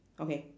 okay